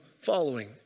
following